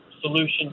solution